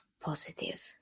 positive